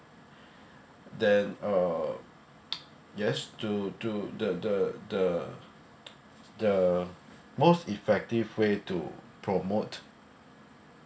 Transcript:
then uh yes to to the the the the most effective way to promote